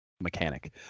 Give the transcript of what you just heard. mechanic